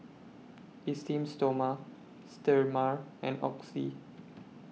Esteem Stoma Sterimar and Oxy